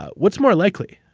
what's more likely?